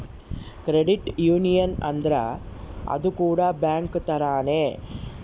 credit union ಅಂದ್ರ ಅದು ಕೂಡ ಬ್ಯಾಂಕ್ ತರಾನೇ